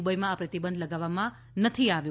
દુબઇમાં આ પ્રતિબંધ લગાવવામાં નથી આવ્યો